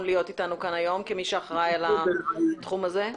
להיות איתנו כאן היום כאחראי על התחום הזה?